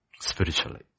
spiritually